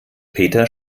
peter